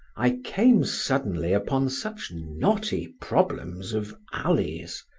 i came suddenly upon such knotty problems of alleys,